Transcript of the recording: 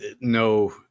no